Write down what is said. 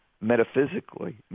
metaphysically